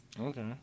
Okay